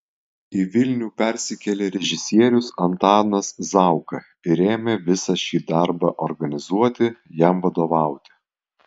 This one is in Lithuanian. į vilnių persikėlė režisierius antanas zauka ir ėmė visą šį darbą organizuoti jam vadovauti